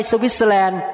Switzerland